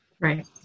Right